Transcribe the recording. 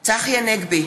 צחי הנגבי,